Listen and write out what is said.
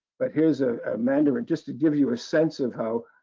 but here's a manner and just to give you a sense of how